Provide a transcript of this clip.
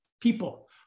people